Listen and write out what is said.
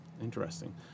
Interesting